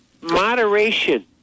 Moderation